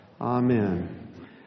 Amen